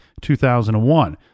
2001